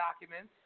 documents